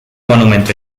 monumento